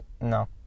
no